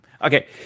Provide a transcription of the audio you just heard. Okay